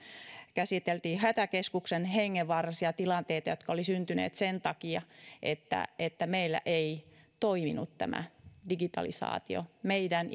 käsiteltiin hätäkeskuksen hengenvaarallisia tilanteita jotka olivat syntyneet sen takia että että meillä ei toiminut digitalisaatio meidän